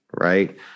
right